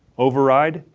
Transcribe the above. override,